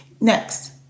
Next